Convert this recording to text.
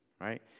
right